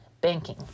Banking